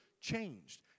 changed